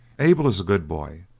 abel is a good boy,